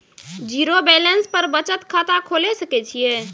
Zero balance पर बचत खाता खोले सकय छियै?